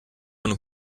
von